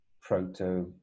proto